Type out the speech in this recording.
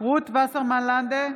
רות וסרמן לנדה,